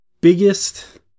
biggest